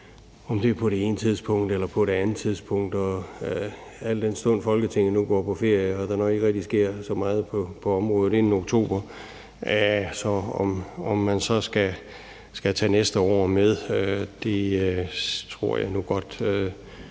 om det er på det ene tidspunkt eller på det andet tidspunkt. Al den stund at Folketinget nu går på sommerferie og der nok ikke rigtig sker så meget på området inden oktober, er spørgsmålet, om man så skal tage næste år med. Det tror jeg nu godt